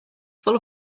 full